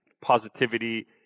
positivity